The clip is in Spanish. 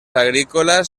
agrícolas